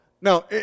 Now